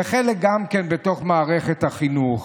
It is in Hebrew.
וחלק גם בתוך מערכת החינוך.